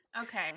okay